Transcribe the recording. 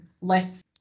less